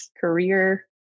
career